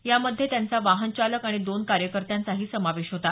यामध्ये त्यांचा वाहनचालक आणि दोन कार्यकर्त्यांचाही समावेश होता